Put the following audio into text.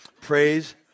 Praise